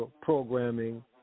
programming